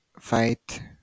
fight